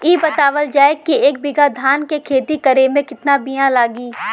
इ बतावल जाए के एक बिघा धान के खेती करेमे कितना बिया लागि?